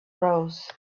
rose